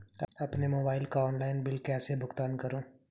अपने मोबाइल का online bill कैसे भुगतान करूं?